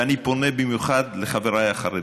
ואני פונה במיוחד לחבריי החרדים,